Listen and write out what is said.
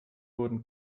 wurden